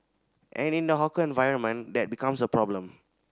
and in the hawker environment that becomes a problem